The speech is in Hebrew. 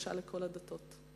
קדושה לכל הדתות,